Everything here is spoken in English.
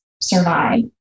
survive